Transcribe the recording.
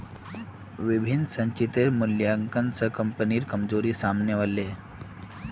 विभिन्न संचितेर मूल्यांकन स कम्पनीर कमजोरी साम न व ले